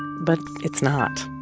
but it's not.